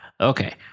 Okay